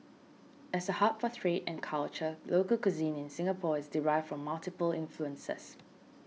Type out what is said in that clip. as a hub for trade and culture local cuisine in Singapore is derived from multiple influences